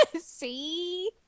See